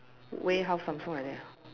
way how Samsung like that ah